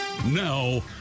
Now